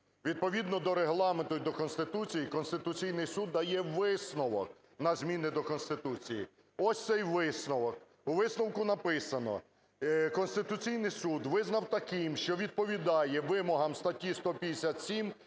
Відповідно до Регламенту і до Конституції, Конституційний Суд дає висновок на зміни до Конституції. Ось цей висновок, у висновку написано: Конституційний Суд визнав таким, що відповідає вимогам статті 157-ї